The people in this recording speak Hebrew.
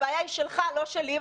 הבעיה היא שלך ולא שלי.